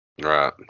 Right